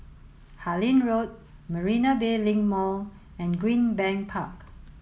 Harlyn Road Marina Bay Link Mall and Greenbank Park